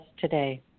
today